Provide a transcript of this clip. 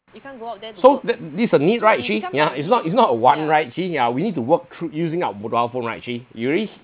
so that this is a need right actually yeah it's not it's not a want right actually ya we need to work through using our mobile phone right actually you already